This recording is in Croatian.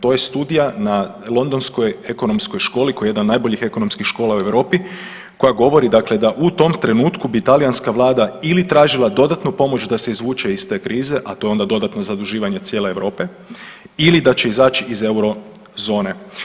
To je, to je studija na londonskoj ekonomskoj školi koja je jedna od najboljih ekonomskih škola u Europi koja govori dakle da u tom trenutku bi talijanska vlada ili tražila dodatnu pomoć da se izvuče iz te krize, a to je onda dodatno zaduživanje cijele Europe ili da će izaći iz eurozone.